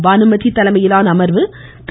பானுமதி தலைமையிலான அமர்வு திரு